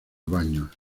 baños